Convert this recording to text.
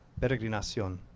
peregrinación